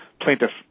plaintiff